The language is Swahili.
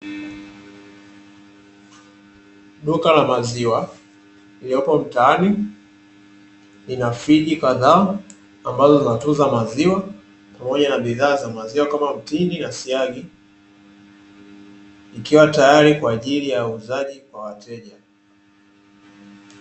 Duka la maziwa lililopo mtaani lina friji kadhaa ambazo zinatunza maziwa pamoja na bidhaa za maziwa kama mtindi na siagi, ikiwa tayari kwa ajili ya uuzaji kwa wateja.